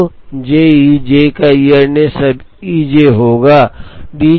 तो j e j का इयरनेस अब E j होगा